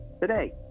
Today